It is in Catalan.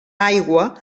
aigua